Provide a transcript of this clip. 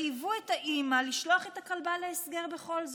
חייבו את האימא לשלוח את הכלבה להסגר בכל זאת,